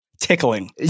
Tickling